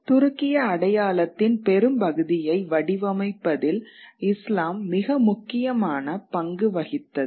துருக்கிய அடையாளத்தின் பெரும்பகுதியை வடிவமைப்பதில் இஸ்லாம் மிக முக்கியமான பங்கு வகித்தது